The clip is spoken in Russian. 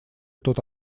тот